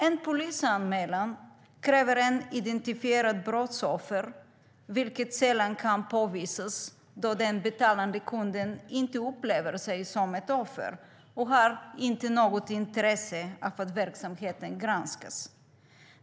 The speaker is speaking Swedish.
En polisanmälan kräver ett identifierat brottsoffer, vilket sällan kan påvisas då den betalande kunder inte upplever sig som ett offer och inte har något intresse av att verksamheten granskas.